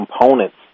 components